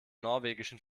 norwegischen